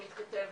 מתכתבת,